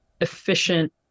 efficient